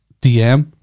DM